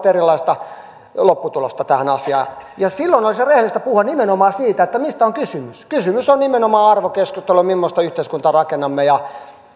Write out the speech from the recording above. erilaista lopputulosta tähän asiaan ja silloin olisi rehellistä puhua nimenomaan siitä mistä on kysymys kysymys on nimenomaan arvokeskustelusta mimmoista yhteiskuntaa rakennamme